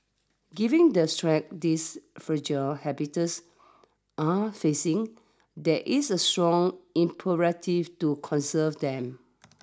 giving the threats these fragile habitats are facing there is a strong imperative to conserve them